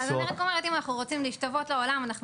אני רק אומרת שאם אנחנו רוצים להשתוות לעולם אנחנו